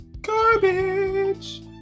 garbage